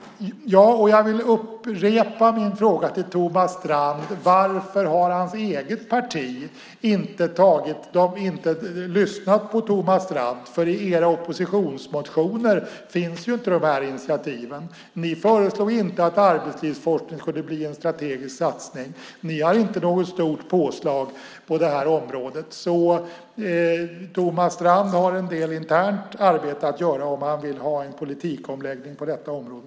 Jag vill upprepa min fråga till Thomas Strand. Varför har hans eget parti inte lyssnat på Thomas Strand? I era oppositionsmotioner finns ju inte dessa initiativ. Ni föreslår inte att arbetslivsforskning ska bli en strategisk satsning. Ni har inte något stort påslag på det här området. Thomas Strand har en del internt arbete att göra om han vill ha en politikomläggning på detta område.